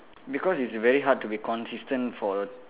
because it's very hard to be consistent for